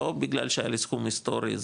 לא בגלל שהיה לי סכום היסטורי,